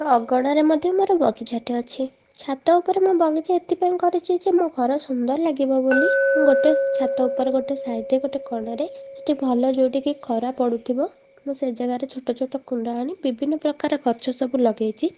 ଅଗଣାରେ ମଧ୍ୟ ମୋର ବଗିଚାଟେ ଅଛି ଛାତ ଉପରେ ମୁଁ ବଗିଚା ଏଥିପାଇଁ କରିଛି ଯେ କି ମୋ ଘର ସୁନ୍ଦର ଲାଗିବ ବୋଲି ମୁଁ ଗୋଟେ ଛାତ ଉପରେ ଗୋଟେ ସାଇଟ୍ରେ ଗୋଟେ କୋଣରେ ସେଇଠି ଭଲ ଯେଉଁଠିକି ଖରା ପଡ଼ୁଥିବ ମୁଁ ସେ ଜାଗାରେ ଛୋଟ ଛୋଟ କୁଣ୍ଡ ଆଣି ବିଭିନ୍ନ ପ୍ରକାର ଗଛ ସବୁ ଲଗେଇଛି